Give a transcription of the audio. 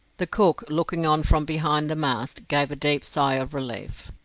the cook, looking on from behind the mast, gave a deep sigh of relief.